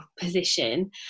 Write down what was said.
position